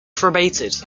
cremated